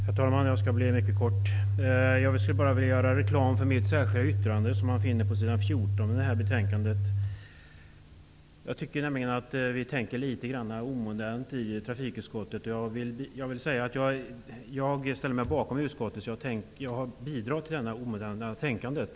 Herr talman! Jag skall fatta mig mycket kort. Jag skulle bara vilja göra reklam för mitt särskilda yttrande som man finner på s. 14 i betänkandet. Jag tycker nämligen att vi tänker litet omodernt i trafikutskottet. Jag ställer mig bakom utskottets hemställan, så jag bidrar till detta omoderna tänkande.